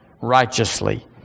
righteously